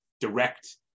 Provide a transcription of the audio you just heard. direct